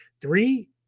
three